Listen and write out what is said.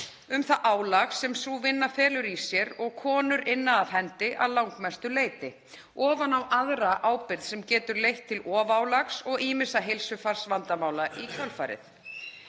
um það álag sem sú vinna felur í sér og konur inna af hendi að langmestu leyti ofan á aðra ábyrgð sem getur leitt til ofálags og ýmissa heilsufarsvandamála í kjölfarið.